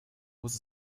muss